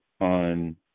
on